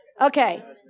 Okay